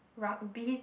rugby